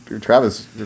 Travis